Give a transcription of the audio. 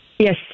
Yes